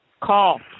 Call